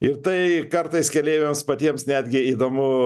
ir tai kartais keleiviams patiems netgi įdomu